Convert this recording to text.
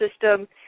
system